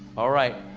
alright,